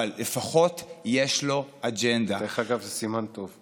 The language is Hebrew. לפיכך, ההסתייגות לא התקבלה.